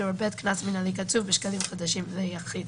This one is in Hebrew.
טור ב' קנס מנהלי קצוב בשקלים חדשים ליחיד